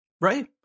Right